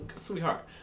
Sweetheart